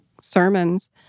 sermons